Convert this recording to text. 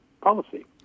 policy